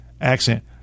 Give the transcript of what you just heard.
Accent